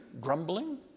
grumbling